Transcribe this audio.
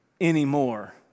anymore